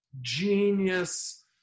genius